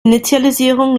initialisierung